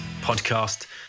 podcast